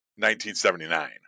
1979